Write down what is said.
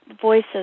voices